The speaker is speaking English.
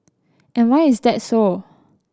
and why is that so